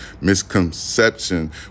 misconception